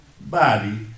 body